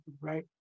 right